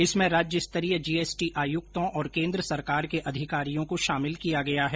इसमें राज्य स्तरीय जीएसटी आयुक्तों और केन्द्र सरकार के अधिकारियों को शामिल किया गया है